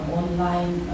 online